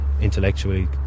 intellectually